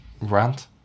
rant